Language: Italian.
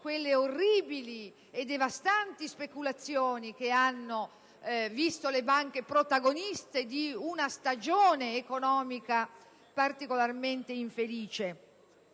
le orribili e devastanti speculazioni che hanno visto le banche protagoniste di una stagione economica particolarmente infelice,